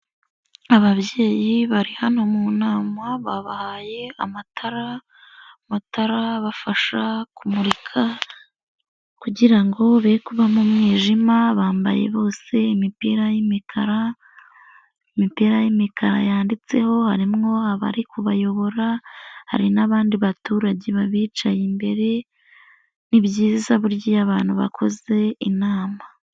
Ababyeyi bari hano mu nama babahaye amatara, amatara abafasha kumurika kugira ngo be kuba mu mwijima, bambaye bose imipira y'imikara, imipira y'imikara yanditseho, harimwo abari kubayobora hari n'abandi baturage babicaye imbere, ni byiza burya iyo abantu bakoze inama.